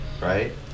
right